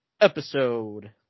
episode